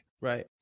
right